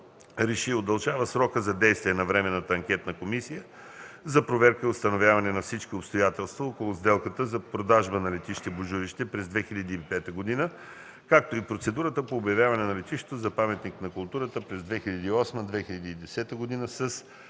РЕШИ: Удължава срока за действие на Временната анкетна комисия за проверка и установяване на всички обстоятелства около сделката за продажба на летище „Божурище” през 2005 г., както и процедурата по обявяване на летището за паметник на културата през 2008 г.